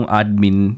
admin